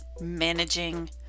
managing